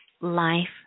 life